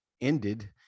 ended